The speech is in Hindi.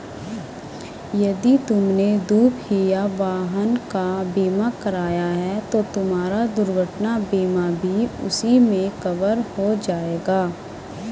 यदि तुमने दुपहिया वाहन का बीमा कराया है तो तुम्हारा दुर्घटना बीमा भी उसी में कवर हो जाएगा